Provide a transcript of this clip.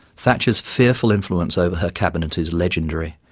thatcher's fearful influence over her cabinet is legendary,